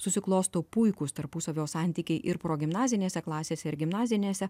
susiklosto puikūs tarpusavio santykiai ir progimnazinėse klasėse ir gimnazinėse